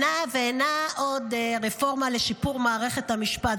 ואינה עוד רפורמה לשיפור מערכת המשפט,